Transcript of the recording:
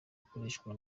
akoreshwa